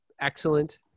excellent